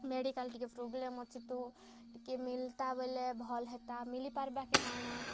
medical ଟିକେ problem ଅଛେ ତ ଟିକେ ମିଲ୍ତା ବୋଲେ ଭଲ୍ ହେତା ମିଲିପାରବା କେ କାଣା